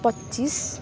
पच्चिस